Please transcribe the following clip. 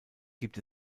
gibt